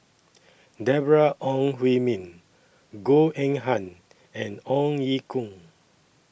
Deborah Ong Hui Min Goh Eng Han and Ong Ye Kung